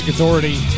authority